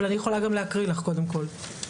אבל אני יכולה גם להקריא לך קודם כל.